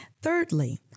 Thirdly